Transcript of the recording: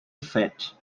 fact